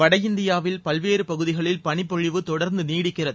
வட இந்தியாவில் பல்வேறு பகுதிகளில் பனிப்பொழிவு தொடர்ந்து நிலவுகிறது